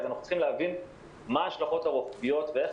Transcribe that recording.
אז אנחנו צריכים להבין מה ההשלכות הרוחביות ואיך